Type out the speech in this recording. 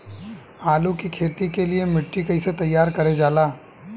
आलू की खेती के लिए मिट्टी कैसे तैयार करें जाला?